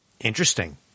Interesting